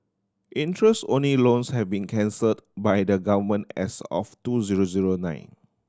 interest only loans have been cancelled by the Government as of two zero zero nine